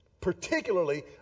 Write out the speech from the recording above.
Particularly